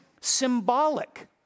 symbolic